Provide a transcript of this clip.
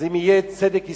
אז אם יהיה צדק היסטורי,